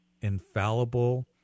infallible